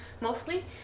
mostly